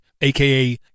aka